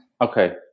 Okay